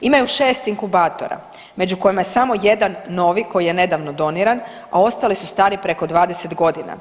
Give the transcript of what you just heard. Imaju 6 inkubatora među kojima je damo jedan novi koji je nedavno doniran, a ostali su stari preko 20 godina.